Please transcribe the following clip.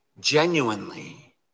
genuinely